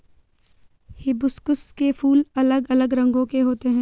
hibiscus के फूल अलग अलग रंगो के होते है